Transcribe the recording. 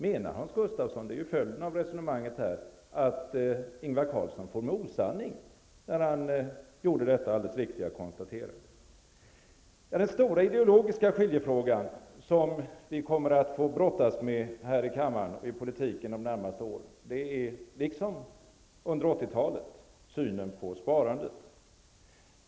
Menar Hans Gustafsson att Ingvar Carlsson for med osanning när han gjorde detta alldeles riktiga konstaterande? Det är ju följden av resonemanget. Den stora ideologiska skiljefråga som vi kommer att få brottas med här i kammaren och i politiken de närmaste åren -- liksom under 80-talet -- är synen på sparandet.